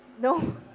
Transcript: No